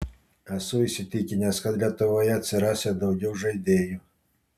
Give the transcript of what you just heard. esu įsitikinęs kad lietuvoje atsiras ir daugiau žaidėjų